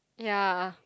ya